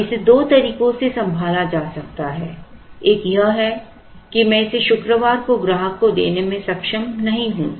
अब इसे दो तरीकों से संभाला जा सकता है एक यह है कि मैं इसे शुक्रवार को ग्राहक को देने में सक्षम नहीं हूं